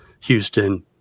Houston